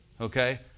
Okay